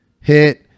hit